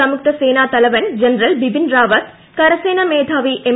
സംയുക്ത സേനാ തലവൻ ജനറൽ ബിപിൻ റാവത്ത് കരസേനാ മേധാവി എം